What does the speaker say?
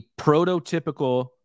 prototypical